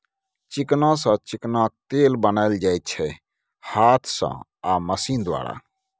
चिकना सँ चिकनाक तेल बनाएल जाइ छै हाथ सँ आ मशीन द्वारा